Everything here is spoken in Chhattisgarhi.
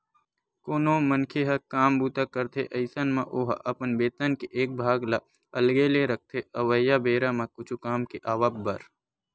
कोनो मनखे ह काम बूता करथे अइसन म ओहा अपन बेतन के एक भाग ल अलगे ले रखथे अवइया बेरा म कुछु काम के आवब बर